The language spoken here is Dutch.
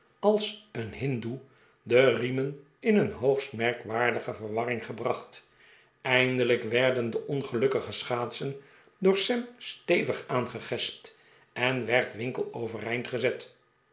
als een hindoe de riemen in een hoogst merkwaaraige verwarnng gehracht eindelijk werden de ongelukkige schaatsen door sam stevig aangegespt en werd winkle uvereind gezet